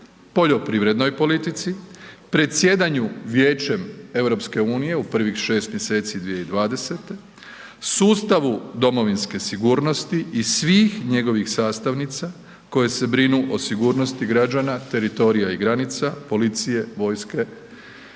poljoprivrednoj politici, predsjedanju Vijećam EU-a u prvih 6 mjeseci 2020., sustavu domovinske sigurnosti i svih njegovih sastavnica koje se brinu o sigurnosti građana, teritorija i granica, policije, vojske